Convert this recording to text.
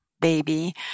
baby